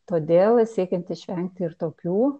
todėl siekiant išvengti ir tokių